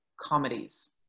comedies